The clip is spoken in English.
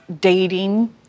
dating